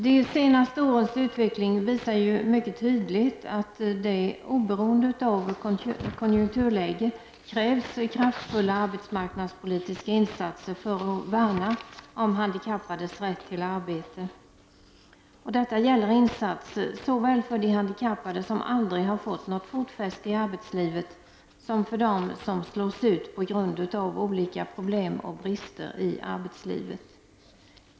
De senaste årens utveckling visar mycket tydligt att det, oberoende av konjunkturläge, krävs kraftfulla arbetsmarknadspolitiska insatser för att värna om handikappades rätt till arbete. Detta gäller insatser såväl för de handikappade som aldrig har fått något fotfäste i arbetslivet, som för dem som slås ut på grund av olika problem och brister i arbetslivet.